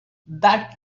that